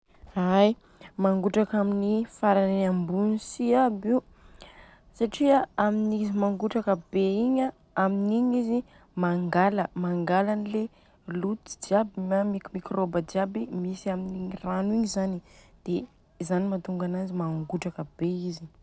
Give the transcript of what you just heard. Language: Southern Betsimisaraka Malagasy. Ai mangotraka amin'ny farany ambony si aby io satria amin'ny izy mangotraka be igny an aminigny izy a mangala mangala anle loto jiaby na mikimikrôba jiaby misy amin'ny i rano igny zany, dia zany mantonga ananjy mangotraka be izy.